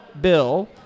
bill